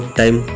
time